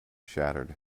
shattered